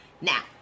Now